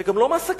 וגם לא מהסכנות,